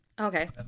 Okay